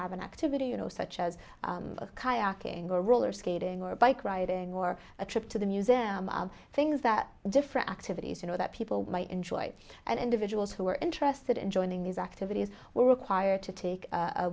have an activity you know such as kayaking or roller skating or bike riding or a trip to the music things that different activities you know that people might enjoy and individuals who are interested in joining these activities were required to take a